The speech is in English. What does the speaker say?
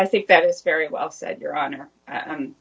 i think that is very well said your honor